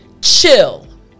Chill